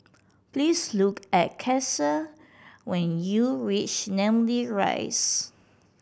please look for Ceasar when you reach Namly Rise